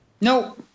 No